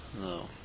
No